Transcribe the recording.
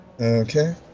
Okay